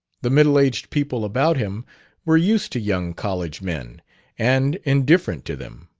the middle-aged people about him were used to young college men and indifferent to them.